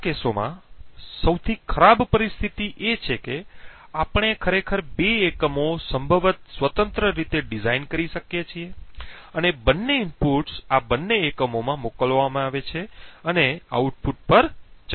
આવા કેસોમાં સૌથી ખરાબ પરિસ્થિતિ એ છે કે આપણે ખરેખર બે એકમો સંભવત સ્વતંત્ર રીતે ડિઝાઇન કરી શકીએ છીએ અને બંને ઇનપુટ્સ આ બંને એકમોમાં મોકલવામાં આવે છે અને આઉટપુટ પર ચકાસે છે